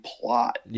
plot